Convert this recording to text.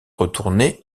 retournée